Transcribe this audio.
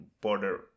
border